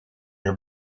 naar